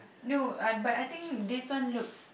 no I but I think this one looks